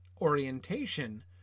orientation